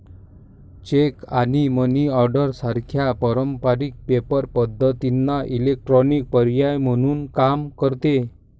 check आणि money order सारख्या पारंपारिक पेपर पद्धतींना इलेक्ट्रॉनिक पर्याय म्हणून काम करते